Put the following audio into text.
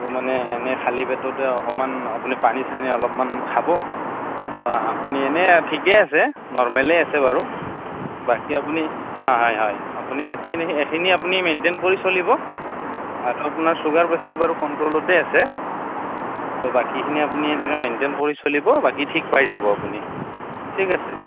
ত' মানে এনে খালী পেটতে অকণমান আপুনি পানী চানী অলপমান খাব বা আপুনি এনে ঠিকে আছে নৰ্মেলে আছে বাৰু বাকী আপুনি হয় হয় আপুনি বাকী এনে এখিনি আপুনি মেণ্টেইন কৰি চলিব আৰু আপোনাৰ চুগাৰ প্ৰেছাৰ বাৰু কন্ত্ৰলতে আছে ত' বাকীখিনি আপুনি এনেকৈ মেণ্টেইন কৰি চলিব বাকী ঠিক পাই যাব আপুনি ঠিক আছে